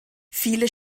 viele